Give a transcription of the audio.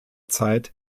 zeit